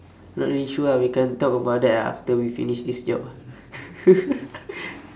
not really sure ah we can talk about that ah after we finish this job ah